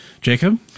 Jacob